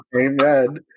Amen